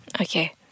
Okay